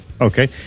Okay